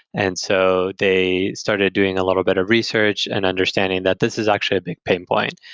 and so they started doing a little bit of research and understanding that this is actually a big pain point.